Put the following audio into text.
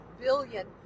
billion